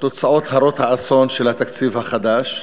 הרות האסון של התקציב החדש: